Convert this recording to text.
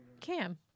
cam